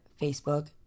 Facebook